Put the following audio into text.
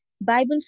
Bible